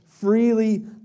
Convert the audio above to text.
freely